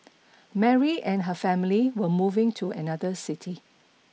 Mary and her family were moving to another city